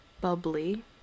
Bubbly